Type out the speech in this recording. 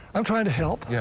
i'm trying to help yeah